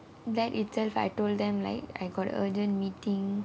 then itself I told them like I got an urgent meeting